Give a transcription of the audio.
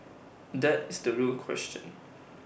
that is the real question